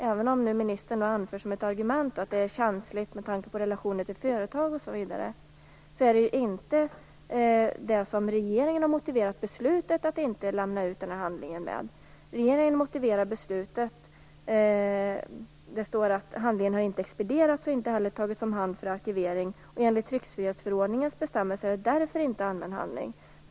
Även om nu ministern anför som ett argument att det är känsligt med tanke på relationer till företag osv. är det inte det som har varit regeringens motivering till beslutet att inte lämna ut handlingen. Regeringen motiverar beslutet med att handlingen inte har expedierats, inte heller tagits om hand för arkivering och enligt tryckfrihetsförordningens bestämmelser därför inte är allmän handling.